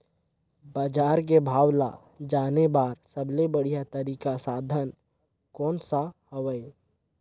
बजार के भाव ला जाने बार सबले बढ़िया तारिक साधन कोन सा हवय?